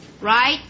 right